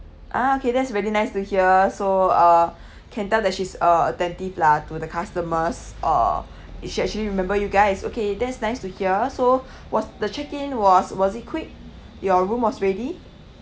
ah okay that's very nice to hear so uh can tell that she's uh attentive lah to the customers uh she actually remember you guys okay that's nice to hear so was the check in was was it quick your room was ready